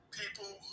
people